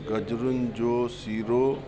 गजरुनि जो सीरो